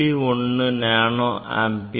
1 nano ampere